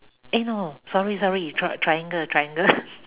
eh no sorry sorry tr~ triangle triangle